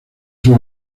sus